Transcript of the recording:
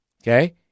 Okay